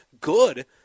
good